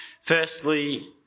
Firstly